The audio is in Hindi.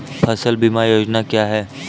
फसल बीमा योजना क्या है?